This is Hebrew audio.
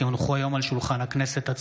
כי הונחו היום על שולחן הכנסת,